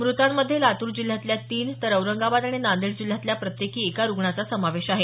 मृतांमध्ये लातूर जिल्ह्यातल्या तीन तर औरंगाबाद आणि नांदेड जिल्ह्यातल्या प्रत्येकी एका रुग्णाचा समावेश आहे